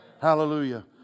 Hallelujah